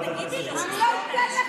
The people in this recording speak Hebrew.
על התקופה שהיו מטחים לא פשוטים,